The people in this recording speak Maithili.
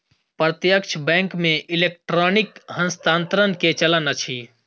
प्रत्यक्ष बैंक मे इलेक्ट्रॉनिक हस्तांतरण के चलन अछि